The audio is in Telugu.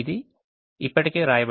అది ఇప్పటికే ఇక్కడ వ్రాయబడింది